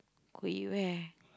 go eat where